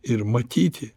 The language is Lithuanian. ir matyti